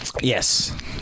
yes